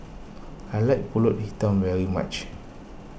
I like Pulut Hitam very much